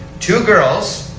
two girls,